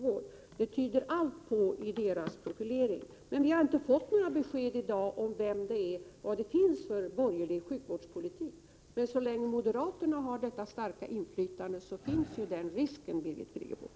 Det tyder allt på i deras profilering. Vi har inte fått några besked i dag om vilken borgerlig sjukvårdspolitik som finns. Men så länge moderaterna har starkt inflytande finns den risk jag talat om, Birgit Friggebo!